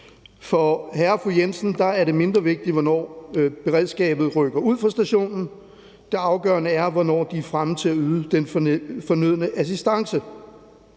For hr. og fru Jensen er det mindre vigtigt, hvornår beredskabet rykker ud fra stationen; det afgørende er, hvornår det er fremme til at yde den fornødne assistance.